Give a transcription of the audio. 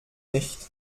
nicht